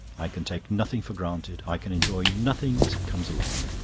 i can take nothing for granted, i can enjoy nothing as it comes along.